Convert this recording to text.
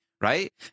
right